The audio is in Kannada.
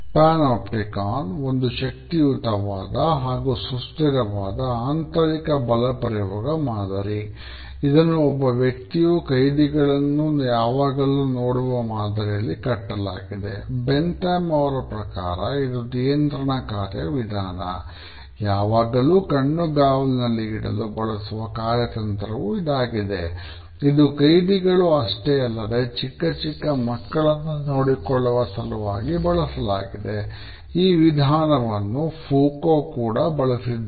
ಪ್ಪ್ಯಾನಾಪ್ಟಿಕ್ಕಾನ್ ಕೂಡ ಬಳಸಿದ್ದಾರೆ